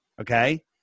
Okay